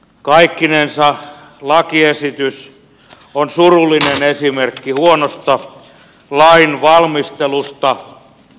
kaikkinensa lakiesitys on surullinen esimerkki huonosta lainvalmistelusta